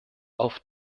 auf